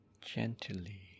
gently